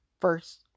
first